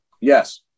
Yes